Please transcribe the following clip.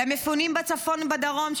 למפונים בצפון ובדרום,